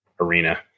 arena